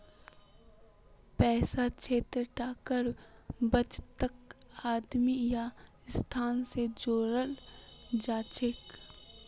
पैसार क्षेत्रत टाकार बचतक आदमी या संस्था स जोड़ाल जाछेक